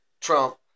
Trump